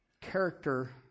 character